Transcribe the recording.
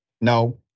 No